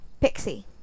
Pixie